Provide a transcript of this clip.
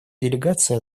делегация